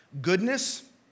goodness